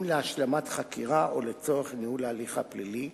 אם להשלמת חקירה או לצורך ניהול ההליך הפלילי,